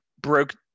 broke